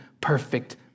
perfect